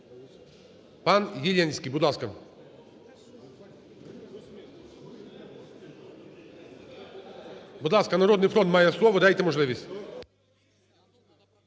пан Єленський. Будь ласка. Будь ласка, "Народний фронт" має слово, дайте можливість.